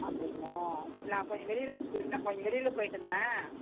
அப்படிங்களா நான் கொஞ்சம் வெளியில போயிருந்த வெளியில போயிட்டுயிருந்தேன்